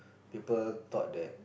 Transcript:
people thought that